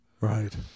Right